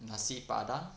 nasi-padang